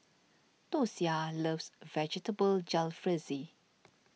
Dosia loves Vegetable Jalfrezi